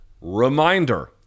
Reminder